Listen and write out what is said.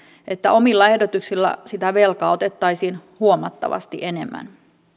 että omilla ehdotuksilla sitä velkaa otettaisiin huomattavasti enemmän